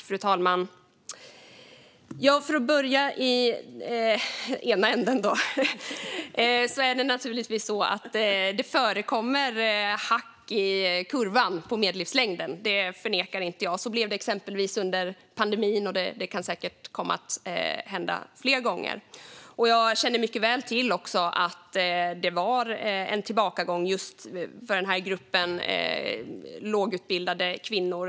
Fru talman! För att börja i ena änden är det naturligtvis så att det förekommer hack i kurvan för medellivslängden. Det förnekar inte jag. Så blev det exempelvis under pandemin, och det kan säkert hända fler gånger. Jag känner också mycket väl till att det var en tillbakagång för gruppen lågutbildade kvinnor.